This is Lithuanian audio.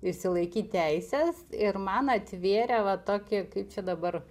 išsilaikyt teises ir man atvėrė va tokį kaip čia dabar